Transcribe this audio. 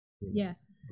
yes